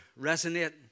resonate